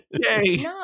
Yay